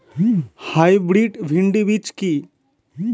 Hybrid ভীন্ডি বীজ কি?